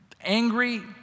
Angry